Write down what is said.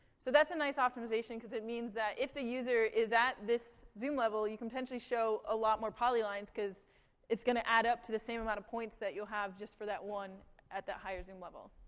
so that's a nice optimization because it means that, if the user is at this zoom level, you can potentially show a lot more polylines because it's gonna add up to the same amount of points that you'll have just for that one at the higher zoom level.